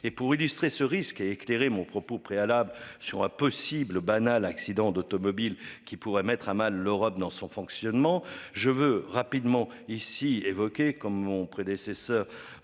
et pour illustrer ce risque éclairer mon propos préalable sur un possible banal accident d'automobile qui pourrait mettre à mal l'Europe dans son fonctionnement je veux rapidement ici évoqué comme mon prédécesseur.